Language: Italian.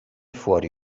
fuori